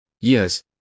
Yes